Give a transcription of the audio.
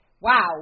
Wow